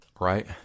Right